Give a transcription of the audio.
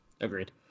agreed